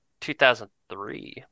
2003